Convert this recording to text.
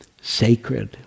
sacred